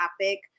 topic